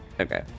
Okay